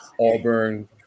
Auburn